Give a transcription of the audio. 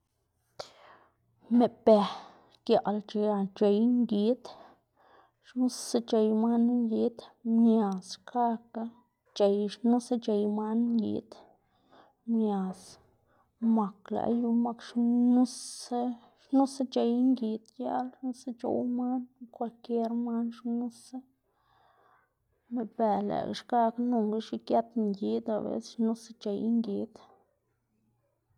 meꞌbe giaꞌl xia c̲h̲ey ngid, xnusa c̲h̲ey man knu ngid, mias xkakga c̲h̲ey xnusa c̲h̲ey man knu ngid, mias, mak lëꞌkga yu mak xnusa xnusa c̲h̲ey ngid giaꞌl, xnusa c̲h̲ow man knu kwalkier man xnusa, meꞌbe lëꞌkga xkakga nonga xigët ngid o abeses xnusa c̲h̲ey ngid.